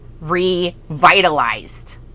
revitalized